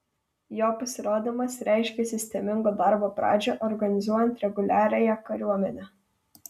jo pasirodymas reiškė sistemingo darbo pradžią organizuojant reguliariąją kariuomenę